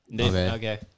Okay